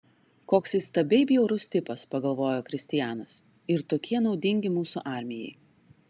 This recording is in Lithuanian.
koks įstabiai bjaurus tipas pagalvojo kristianas ir tokie naudingi mūsų armijai